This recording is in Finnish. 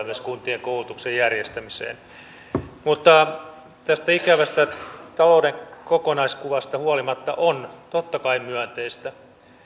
myös kuntien koulutuksen järjestämiseen mutta tästä ikävästä talouden kokonaiskuvasta huolimatta on totta kai myönteistä